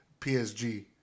PSG